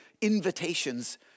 invitations